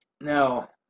Now